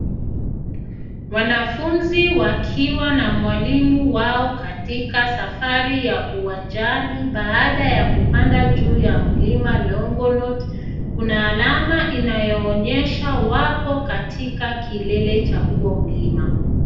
Wanafunzi wakiwa na mwalimu wao katika safari ya uwanjani baada ya kupanda juu ya mlima Longonot. Kuna alama inayoonyesha wapo katika kilele cha huo mlima.